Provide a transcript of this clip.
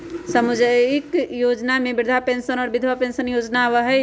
सामाजिक योजना में वृद्धा पेंसन और विधवा पेंसन योजना आबह ई?